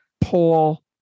Paul